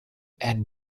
ann